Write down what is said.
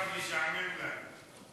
עכשיו ישעמם לנו.